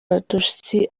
abatutsi